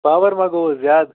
power ما گوٚوُس زیادٕ